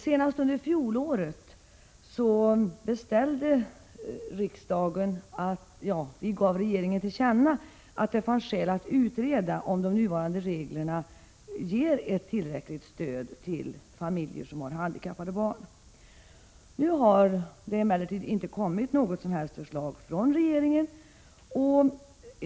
Senast under fjolåret gav riksdagen regeringen till känna att det fanns skäl att utreda om de nuvarande reglerna ger ett tillräckligt stöd för familjer som har handikappade barn. Det har emellertid inte kommit något som helst förslag från regeringen.